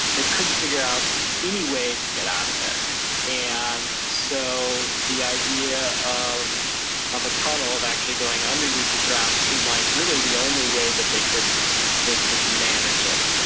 they couldn't figure out any way to get out of there and so the idea of of a tunnel of actually going underneath the ground seemed like really the only way that they could they could manage it.